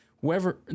whoever